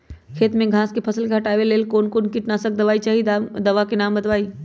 खेत में घास के फसल से हटावे के लेल कौन किटनाशक दवाई चाहि दवा का नाम बताआई?